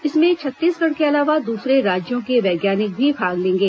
इसमें छत्तीसगढ़ के अलावा दूसरे राज्यों के वैज्ञानिक भी भाग लेंगे